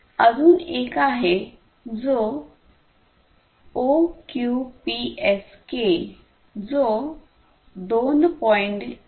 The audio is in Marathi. अजून एक आहे जो ओक्यूपीएसके जो २